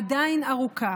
עדיין ארוכה,